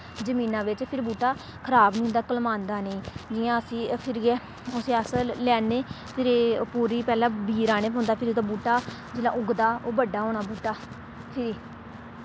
जमीना बिच्च फिर बूह्टा खराब निं होंदा कलमांदा निं जि'यां असी फिरियै उस्सी अस लैन्नें फिरी ओह् पूरी पैह्लें बीऽ राह्ने पौंदा फिर ओह्दा बूह्टा जिल्लै उगदा ओह् बड्डा होना बूह्टा फिरी